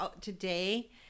Today